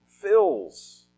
fills